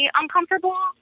uncomfortable